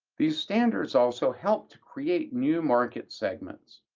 these standards also help to create new market segments.